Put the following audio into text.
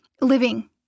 living